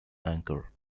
anchor